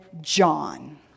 John